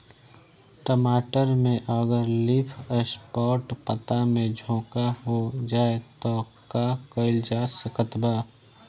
टमाटर में अगर लीफ स्पॉट पता में झोंका हो जाएँ त का कइल जा सकत बा?